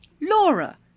Laura